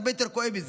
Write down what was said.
שהרבה יותר כואב מזה.